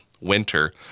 winter